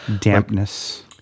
dampness